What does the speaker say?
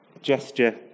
gesture